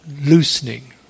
loosening